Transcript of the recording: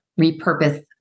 repurpose